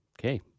Okay